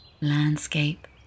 Landscape